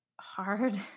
hard